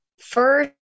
First